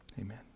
amen